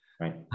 right